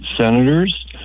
senators